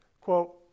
Quote